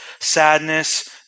sadness